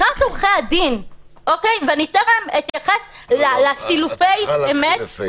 את צריכה לקצר.